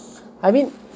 I mean